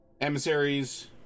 emissaries